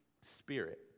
spirit